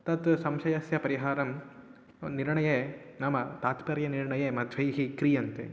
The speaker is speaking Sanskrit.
तत् संशयस्य परिहारं निर्णये नाम तात्पर्यनिर्णये मध्वैः क्रियन्ते